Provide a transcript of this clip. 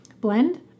blend